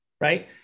right